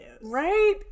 Right